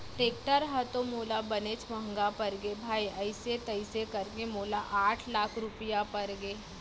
tractor ह तो मोला बनेच महँगा परगे भाई अइसे तइसे करके मोला आठ लाख रूपया परगे